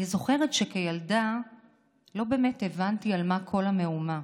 אני זוכרת שכילדה לא באמת הבנתי על מה כל המהומה.